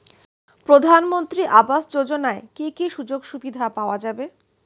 প্রধানমন্ত্রী আবাস যোজনা কি কি সুযোগ সুবিধা পাওয়া যাবে?